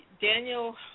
Daniel